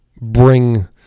bring